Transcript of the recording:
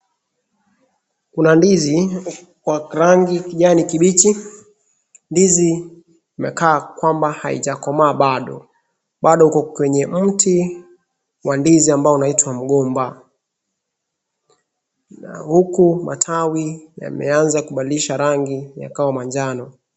Kuna ndizi kwa kirangi kijani kibichi, ndizi imekaa kwamba haijakoma bado, bado iko kwenye mti wa ndizi ambao unaitwa mgomba, na huku matawi yameanza kubadilisha rangi yakawa manjano.